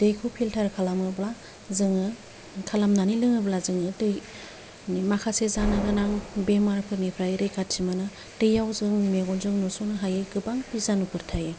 दैखौ फिल्टार खालामोब्ला जोङो खालामनानै लोङोब्ला जोङो माखासे जानो गोनां बेमारफोरनिफ्राय रैखाथि मोनो दैयाव जों मेगनजों नुसनो हायै गोबां बिजानुफोर थायो